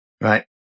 right